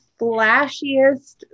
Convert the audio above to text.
flashiest